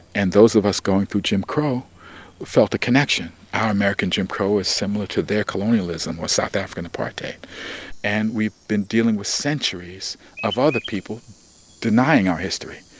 and those of us going through jim crow felt a connection. our american jim crow is similar to their colonialism or south african apartheid and we've been dealing with centuries of other people denying our history.